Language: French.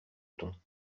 ton